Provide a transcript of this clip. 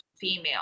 female